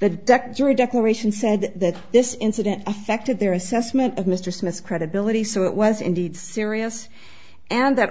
the dec jury declaration said that this incident affected their assessment of mr smith's credibility so it was indeed serious and that